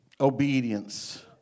Obedience